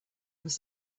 was